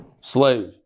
slave